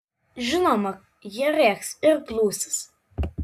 žinoma jie rėks ir plūsis